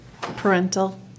Parental